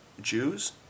Jews